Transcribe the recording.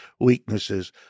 weaknesses